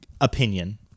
opinion